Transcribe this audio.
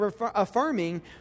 affirming